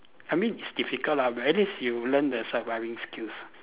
I mean it's difficult lah but at least you learn the surviving skills